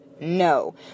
No